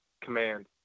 command